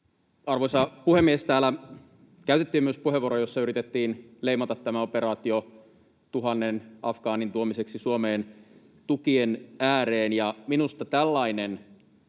Arvoisa puhemies! Täällä käytettiin myös puheenvuoroja, joissa yritettiin leimata tämä operaatio tuhannen afgaanin tuomiseksi Suomeen tukien ääreen, ja minusta tällaisen